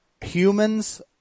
humans